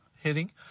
hitting